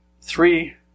three